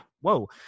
whoa